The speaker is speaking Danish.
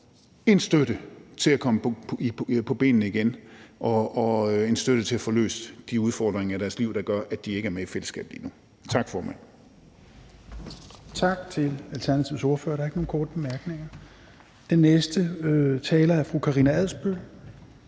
en støtte til at komme på benene igen og en støtte til at få løst de udfordringer i deres liv, der gør, at de ikke er med i fællesskabet lige nu. Tak, formand.